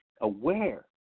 aware